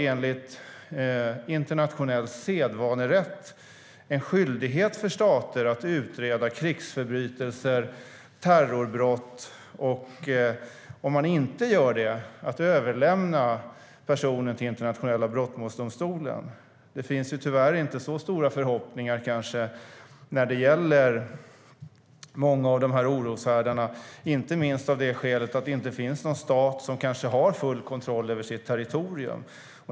Enligt internationell sedvanerätt har vi också en skyldighet för stater att utreda krigsförbrytelser och terrorbrott. Om de inte gör det har de en skyldighet att överlämna personer till Internationella brottsmålsdomstolen. Tyvärr finns det kanske inte så stora förhoppningar när det gäller många av de här oroshärdarna, inte minst av det skälet att det kanske inte finns någon stat som har full kontroll över sitt territorium.